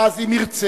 ואז אם ירצה,